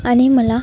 आणि मला